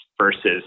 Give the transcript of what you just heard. versus